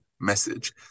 message